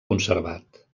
conservat